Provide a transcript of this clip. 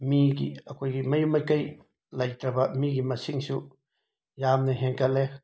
ꯃꯤꯒꯤ ꯑꯩꯈꯣꯏꯒꯤ ꯃꯌꯨꯝ ꯃꯀꯩ ꯂꯩꯇꯕ ꯃꯤꯒꯤ ꯃꯁꯤꯡꯁꯨ ꯌꯥꯝꯅ ꯍꯦꯟꯒꯠꯂꯦ